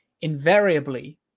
Invariably